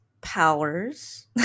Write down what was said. powers